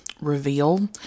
reveal